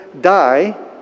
die